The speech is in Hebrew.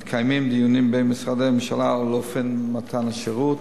מתקיימים דיונים בין משרדי הממשלה על אופן מתן השירות,